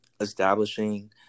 establishing